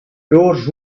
those